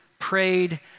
prayed